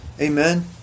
Amen